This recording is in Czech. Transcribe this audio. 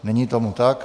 Není tomu tak.